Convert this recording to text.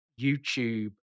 YouTube